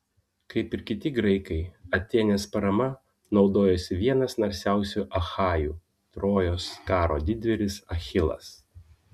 kaip ir kiti graikai atėnės parama naudojosi vienas narsiausių achajų trojos karo didvyris achilas